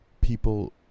People